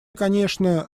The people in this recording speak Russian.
конечно